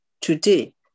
today